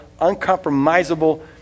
uncompromisable